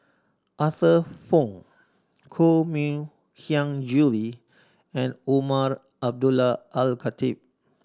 Arthur Fong Koh Mui Hiang Julie and Umar Abdullah Al Khatib